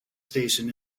station